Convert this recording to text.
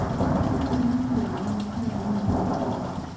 let's lean into our unitarian universalism.